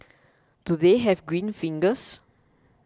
do they have green fingers